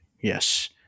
Yes